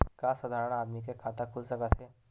का साधारण आदमी के खाता खुल सकत हे?